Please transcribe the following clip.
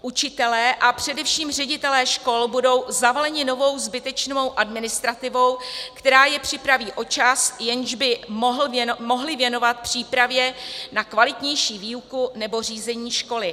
Učitelé a především ředitelé škol budou zavaleni novou zbytečnou administrativou, která je připraví o čas, jejž by mohli věnovat přípravě na kvalitnější výuku nebo řízení školy.